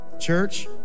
Church